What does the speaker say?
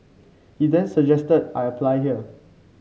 he then suggested I apply here